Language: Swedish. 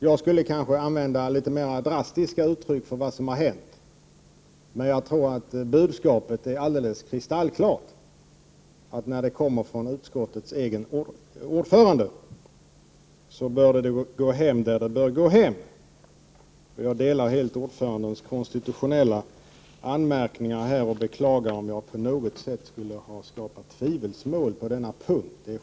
Jag skulle kanske använda litet mer drastiska uttryck för vad som har hänt, men jag tror att budskapet är kristallklart. När det kommer från utskottets egen ordförande bör det gå hem där det bör gå hem. Och jag delar helt ordförandens konstitutionella anmärkningar och beklagar om jag på något sätt skulle ha skapat tvivel på denna punkt.